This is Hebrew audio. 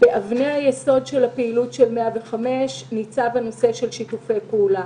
באבני היסוד של הפעילות של 105 ניצב נושא שיתופי הפעולה.